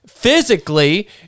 Physically